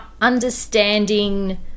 understanding